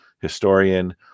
historian